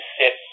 sit